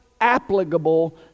applicable